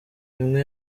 imwe